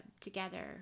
together